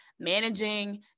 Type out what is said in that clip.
Managing